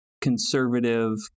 conservative